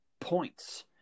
points